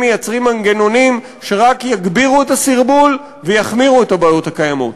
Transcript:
מייצרים מנגנונים שרק יגבירו את הסרבול ויחמירו את הבעיות הקיימות,